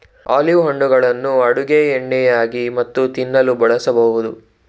olive ಹಣ್ಣುಗಳನ್ನು ಅಡುಗೆ ಎಣ್ಣೆಯಾಗಿ ಮತ್ತು ತಿನ್ನಲು ಬಳಸಬೋದು